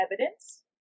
evidence